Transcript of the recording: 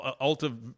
ultra